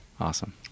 awesome